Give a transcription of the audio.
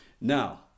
Now